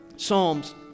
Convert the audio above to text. Psalms